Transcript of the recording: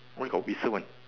why got whistle one